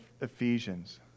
Ephesians